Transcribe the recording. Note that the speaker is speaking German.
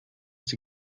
die